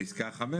פסקה (5),